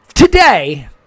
Today